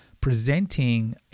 presenting